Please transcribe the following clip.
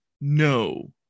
no